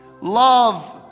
Love